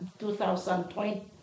2020